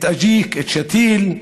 את אג'יק, את שתיל,